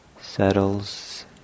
settles